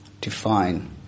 define